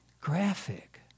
graphic